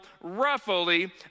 roughly